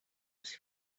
els